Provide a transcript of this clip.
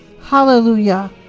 hallelujah